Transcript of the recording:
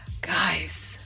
guys